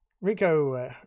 Rico